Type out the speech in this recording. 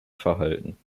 verhalten